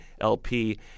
LP